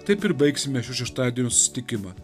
taip ir baigsime šį šeštadienio susitikimą